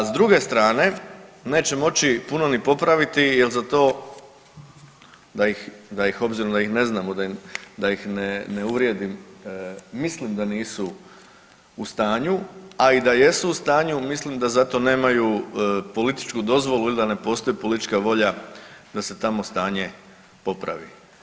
A s druge strane neće moći puno ni popraviti jel za to obzirom da ih ne znamo da ih ne uvrijedim, mislim da nisu u stanu, a i da jesu u stanju mislim da za to nemaju političku dozvolu ili da ne postoji politička volja da se tamo stanje popravi.